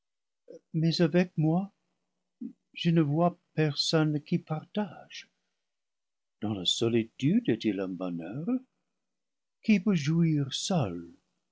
mais avec moi je ne vois personne qui partage dans la solitude est-il un bon heur qui peut jouir seul